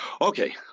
Okay